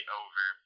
over